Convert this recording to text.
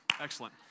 Excellent